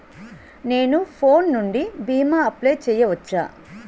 నేను ఫోన్ నుండి భీమా అప్లయ్ చేయవచ్చా?